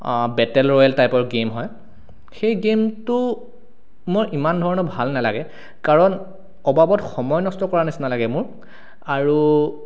অঁ battle royale টাইপৰ game হয় সেই গেমটো মই ইমান ধৰণৰ ভাল নালাগে কাৰণ অবাবত সময় নষ্ট কৰা নিচিনা লাগে মোৰ আৰু